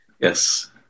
Yes